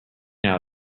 out